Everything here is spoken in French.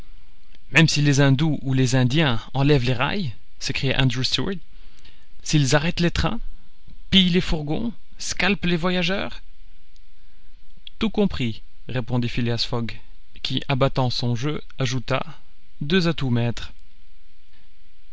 même si les indous ou les indiens enlèvent les rails s'écria andrew stuart s'ils arrêtent les trains pillent les fourgons scalpent les voyageurs tout compris répondit phileas fogg qui abattant son jeu ajouta deux atouts maîtres